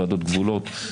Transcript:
ועדות גבולות,